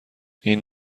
این